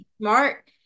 smart